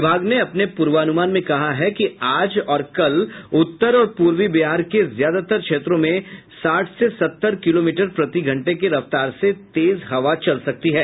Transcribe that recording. विभाग ने अपने पूर्वानुमान में कहा है कि आज और कल उत्तर और पूर्वी बिहार के ज्यादातर क्षेत्रों में साठ से सत्तर किलोमीटर प्रतिघंटे की रफ्तार से तेज हवा चल सकती है